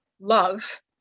love